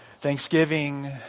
Thanksgiving